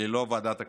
ללא ועדת הכספים.